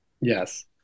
yes